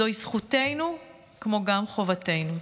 זוהי זכותנו כמו גם חובתנו.